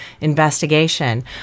investigation